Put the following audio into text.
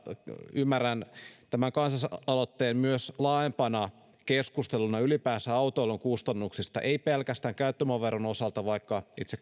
ymmärrän tämän kansalaisaloitteen myös laajempana keskusteluna ylipäänsä autoilun kustannuksista ei pelkästään käyttövoimaveron osalta vaikka itse